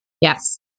Yes